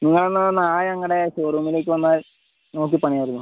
നിങ്ങളെന്നാൽ നാളെ ഞങ്ങളുടെ ഷോറൂമിലേക്ക് വന്നാൽ നോക്കി പണിയാമായിരുന്നു